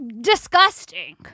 disgusting